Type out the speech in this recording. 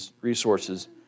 resources